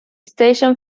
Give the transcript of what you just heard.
station